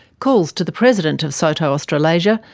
calls to the president of soto australasia,